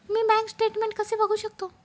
मी bank statement कसे बघू शकतो?